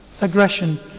aggression